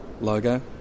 logo